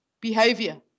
behavior